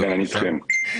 בבקשה.